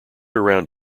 around